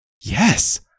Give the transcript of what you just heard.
Yes